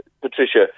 Patricia